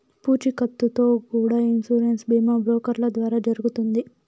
పూచీకత్తుతో కూడా ఇన్సూరెన్స్ బీమా బ్రోకర్ల ద్వారా జరుగుతుంది